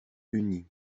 unis